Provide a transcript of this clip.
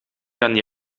kan